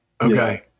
Okay